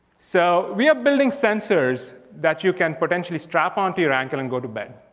so we are building sensors that you can potentially strap onto your ankle and go to bed.